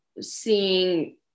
seeing